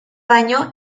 baino